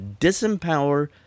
disempower